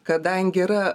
kadangi yra